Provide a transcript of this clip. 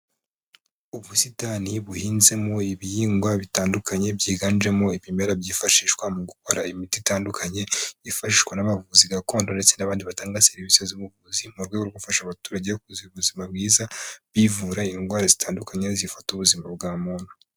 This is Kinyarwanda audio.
Ubusitani buhinzemo ibihingwa bitandukanye byiganjemo ibimera byifashishwa mu gukora imiti itandukanye, byifashishwa n'abavuzi gakondo ndetse n'abandi batanga serivisi z'ubuvuzi mu rwego rwo gufasha abaturage kugira ubuzima bwiza, bivura indwara zitandukanye zifata ubuzima bwa muntu.